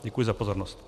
Děkuji za pozornost.